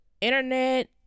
Internet